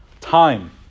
Time